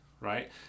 right